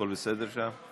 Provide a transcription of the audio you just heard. הכול בסדר שם?